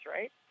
right